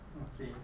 okay